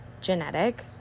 genetic